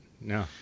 No